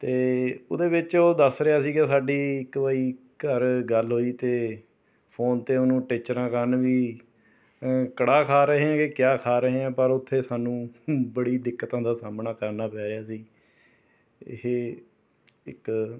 ਅਤੇ ਉਹਦੇ ਵਿੱਚ ਉਹ ਦੱਸ ਰਿਹਾ ਸੀ ਕਿ ਸਾਡੀ ਇੱਕ ਵਾਰੀ ਘਰ ਗੱਲ ਹੋਈ ਅਤੇ ਫ਼ੋਨ 'ਤੇ ਉਹਨੂੰ ਟਿੱਚਰਾਂ ਕਰਨ ਵੀ ਕੜਾਹ ਖਾ ਰਹੇ ਹੈ ਕਿ ਕਯਾ ਖਾ ਰਹੇ ਹੈ ਪਰ ਉੱਥੇ ਸਾਨੂੰ ਬੜੀ ਦਿੱਕਤਾਂ ਦਾ ਸਾਹਮਣਾ ਕਰਨਾ ਪੈ ਰਿਹਾ ਸੀ ਇਹ ਇੱਕ